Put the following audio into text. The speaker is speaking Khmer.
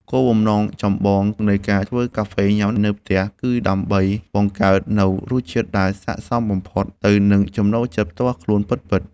គោលបំណងចម្បងនៃការធ្វើកាហ្វេញ៉ាំនៅផ្ទះ គឺដើម្បីបង្កើតនូវរសជាតិដែលស័ក្តិសមបំផុតទៅនឹងចំណូលចិត្តផ្ទាល់ខ្លួនពិតៗ។